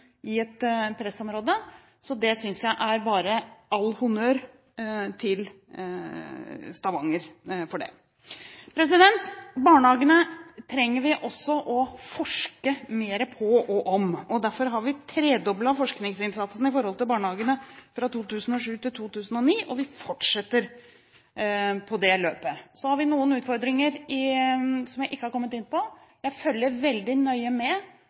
i et pressområde. Så all honnør til Stavanger for dette! Når det gjelder barnehagene, trenger vi også å forske mer. Derfor har vi tredoblet forskningsinnsatsen mot barnehagene fra 2007 til 2009, og vi fortsetter det løpet. Så har vi noen utfordringer som jeg ikke har kommet inn på. Jeg følger veldig nøye med